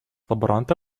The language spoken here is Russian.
лаборанта